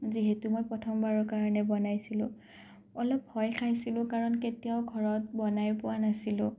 যিহেতু মই প্ৰথমবাৰৰ কাৰণে বনাইছিলোঁ অলপ ভয় খাইছিলোঁ কাৰণ কেতিয়াও ঘৰত বনাই পোৱা নাছিলোঁ